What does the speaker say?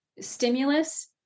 stimulus